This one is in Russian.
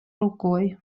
рукой